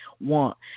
want